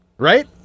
Right